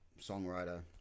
songwriter